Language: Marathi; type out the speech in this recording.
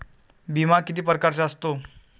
बिमा किती परकारचा असतो?